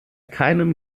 keinen